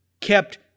kept